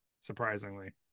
surprisingly